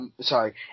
sorry